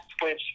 twitch